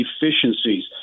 efficiencies